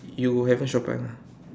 you haven't shop ah